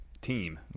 team